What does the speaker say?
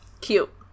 Cute